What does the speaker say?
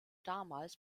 damals